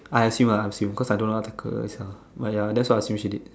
I assume ah I assume cause I don't know article all this lah but ya that's what I assume she did